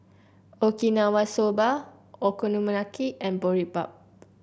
Okinawa Soba Okonomiyaki and Boribap